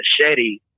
machete